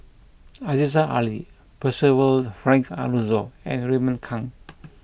Aziza Ali Percival Frank Aroozoo and Raymond Kang